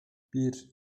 bir